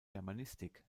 germanistik